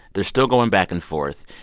they're still going back and forth.